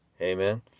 Amen